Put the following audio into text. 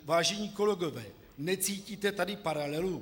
Vážení kolegové, necítíte tady paralelu?